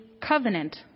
covenant